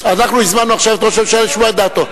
אנחנו הזמנו עכשיו את ראש הממשלה לשמוע את דעתו.